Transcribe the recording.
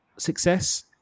success